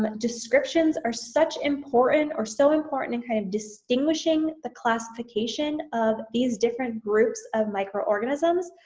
um descriptions are such important or so important in kind of distinguishing the classification of these different groups of microorganisms.